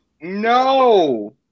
No